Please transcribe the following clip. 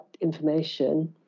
information